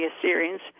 Assyrians